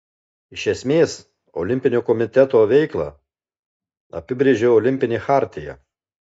iš esmės olimpinio komiteto veiklą apibrėžia olimpinė chartija